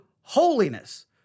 holiness